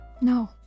No